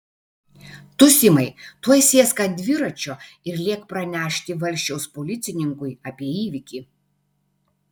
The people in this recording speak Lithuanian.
tu simai tuoj sėsk ant dviračio ir lėk pranešti valsčiaus policininkui apie įvykį